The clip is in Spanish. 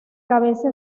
cabeza